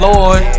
Lord